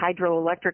hydroelectric